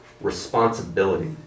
responsibility